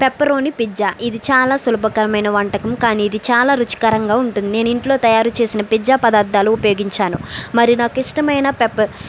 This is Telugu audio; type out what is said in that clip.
పెప్పరోని పిజ్జా ఇది చాలా సులభమైన వంటకం కానీ ఇది చాలా రుచికరంగా ఉంటుంది నేను ఇంట్లో తయారుచేసిన పిజ్జా పదార్థాలు ఉపయోగించాను మరి నాకిష్టమైన పెప్పర్